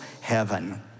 heaven